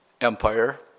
empire